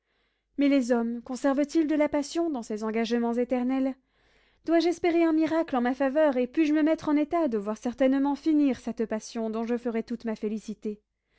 mais les hommes conservent ils de la passion dans ces engagements éternels dois-je espérer un miracle en ma faveur et puis-je me mettre en état de voir certainement finir cette passion dont je ferais toute ma félicité